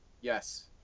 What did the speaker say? Yes